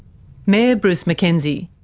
mayor bruce mackenzie.